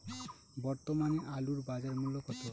বর্তমানে আলুর বাজার মূল্য কত?